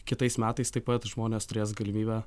kitais metais taip pat žmonės turės galimybę